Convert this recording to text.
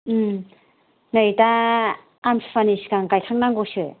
उम नै दा आमथिसुवानि सिगां गायखां नांसिगौसो